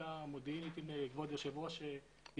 הבדיקה המודיעינית ואם כבוד היושב ראש ירצה,